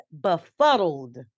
befuddled